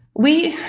we